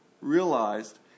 realized